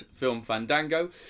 filmfandango